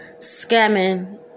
scamming